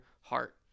heart